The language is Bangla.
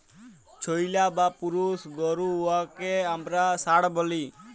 ছেইল্যা বা পুরুষ গরু উয়াকে আমরা ষাঁড় ব্যলি